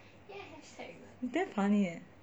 damn funny leh